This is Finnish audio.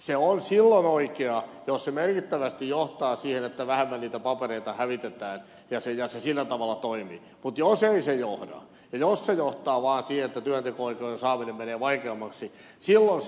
se on silloin oikea jos se merkittävästi johtaa siihen että vähemmän niitä papereita hävitetään ja se sillä tavalla toimii mutta jos ei se johda jos se johtaa vaan siihen että työnteko oikeuden saaminen menee vaikeammaksi silloin se on väärin